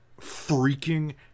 freaking